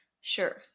sure